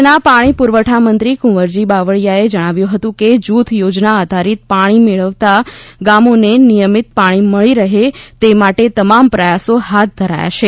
રાજ્યના પાણી પુરવઠામંત્રી કુંવરજી બાવળીયાએ જણાવ્યું હતું કે જૂથ યોજના આધારિત પાણી મેળવતા ગામોને નિયમિત પાણી મળી રહે તે માટે તમામ પ્રયાસો હાથ ધરાયા છે